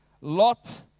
Lot